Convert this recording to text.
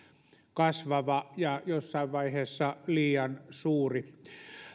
kasvava ja jossain vaiheessa liian suuri